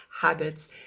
habits